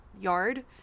yard